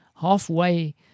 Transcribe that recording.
halfway